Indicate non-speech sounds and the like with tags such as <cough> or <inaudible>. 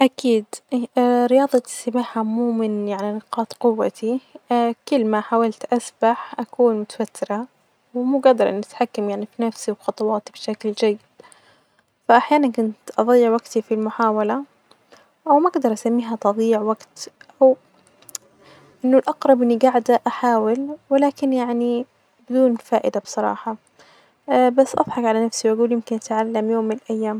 أكيد <hesitation> رياضة السباحة مو من يعني نقاط قوتي كل ما حاولت أسبح أكون متوترة ومو جادرة إني أتحكم في نفسي وخطواتي بشكل جيد.فأحيانا كنت أظيع وجتي في المحاولة أو ما أجدر أسميها تظييع وجت <hesitation> أنه الأجرب إني جاعدة أحاول ولكن يعني بدون فائدة بصراحة <hesitation> بس أظحك علي نفسي وأجول يمكن أتعلم يوم من الأيام.